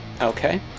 Okay